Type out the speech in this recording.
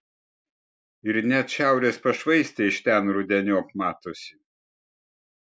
ir net šiaurės pašvaistė iš ten rudeniop matosi